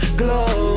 glow